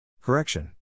Correction